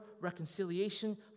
reconciliation